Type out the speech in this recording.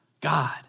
God